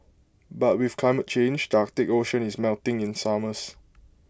but with climate change the Arctic ocean is melting in summers